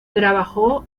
trabajó